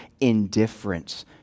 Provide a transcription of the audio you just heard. indifference